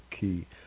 key